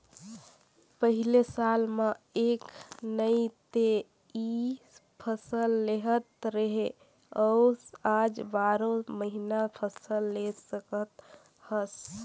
पहिले साल म एक नइ ते इ फसल लेहत रहें अउ आज बारो महिना फसल ले सकत हस